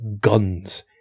guns